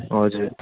हजुर